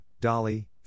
Dolly